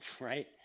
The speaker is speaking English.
right